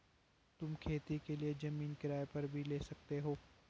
तुम खेती के लिए जमीन किराए पर भी ले सकते हो